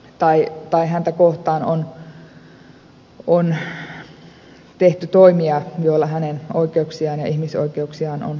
tai että häntä henkilö joka on kohdannut erittäin vakavia räikeitä ihmisoikeusrikkomuksia